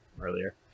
earlier